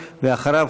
ואחריו,